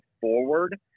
forward